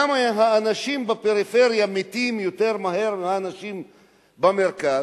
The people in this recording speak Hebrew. למה האנשים בפריפריה מתים יותר מהר מהאנשים במרכז?